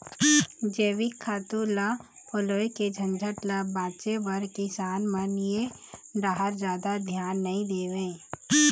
जइविक खातू ल पलोए के झंझट ल बाचे बर किसान मन ए डाहर जादा धियान नइ देवय